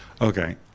Okay